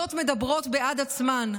העובדות מדברות בעד עצמן.